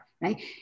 right